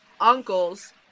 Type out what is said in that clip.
uncles